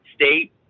state